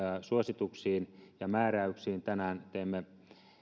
suosituksiin ja määräyksiin tänään teimme